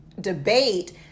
debate